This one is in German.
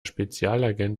spezialagent